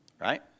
Right